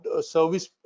service